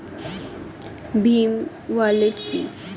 Bhim wallet কি?